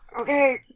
Okay